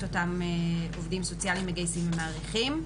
אותם עובדים סוציאליים מגייסים ומעריכים.